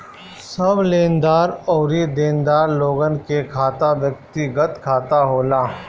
सब लेनदार अउरी देनदार लोगन के खाता व्यक्तिगत खाता होला